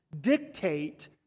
dictate